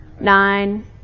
Nine